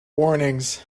warnings